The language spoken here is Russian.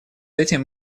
этим